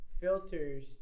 filters